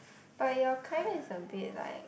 but your kind is a bit like